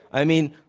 i mean,